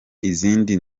izindi